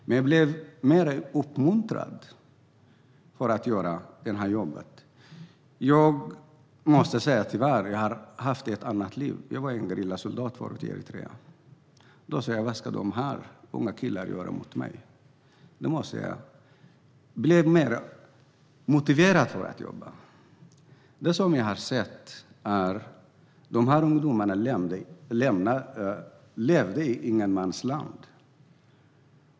Men det gjorde mig mer uppmuntrad att göra det här jobbet. Jag måste tyvärr säga att jag har haft ett annat liv. Jag var förut gerillasoldat i Eritrea. Då tänkte jag: Vad kan de här unga killarna göra mot mig? Jag blev mer motiverad att jobba. Det jag har sett är att de här ungdomarna levde i ingenmansland.